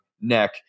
neck